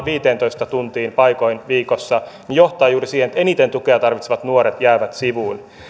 viiteentoista tuntiin viikossa johtaa juuri siihen että eniten tukea tarvitsevat nuoret jäävät sivuun